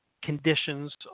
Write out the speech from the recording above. conditions